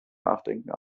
nachdenken